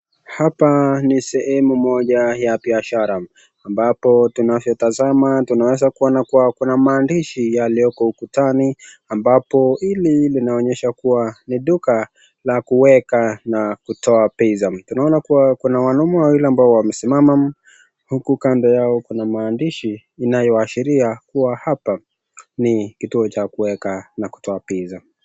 Hapa ni sehemu moja ya biashara ambapo tunavyotasama tunaweza kuona kuwa kuna maandishi yalioko ukutani ambapo hili linaonyesha kuwa ni duka la kuweka na kutoa pesa, tunaona kuwa kuna wanaume wawili ambao wamesimama huku kando yao kuna maandishi inayoashiria kuwa hapa ni kituo cha kuweka na kutoa pesa.